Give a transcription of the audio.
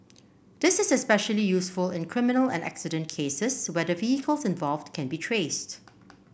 this is especially useful in criminal and accident cases where the vehicles involved can be traced